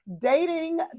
Dating